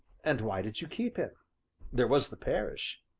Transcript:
and why did you keep him there was the parish.